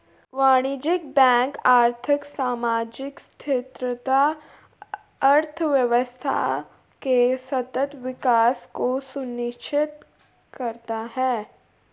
वाणिज्यिक बैंक आर्थिक, सामाजिक स्थिरता, अर्थव्यवस्था के सतत विकास को सुनिश्चित करता है